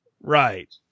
Right